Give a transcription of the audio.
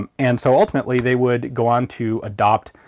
um and so ultimately they would go on to adopt,